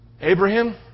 Abraham